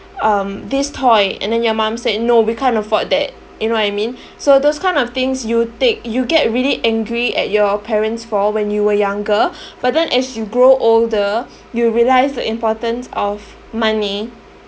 um this toy and then your mum said no we can't afford that you know what I mean so those kind of things you take you get really angry at your parents for when you were younger but then as you grow older you realise the importance of money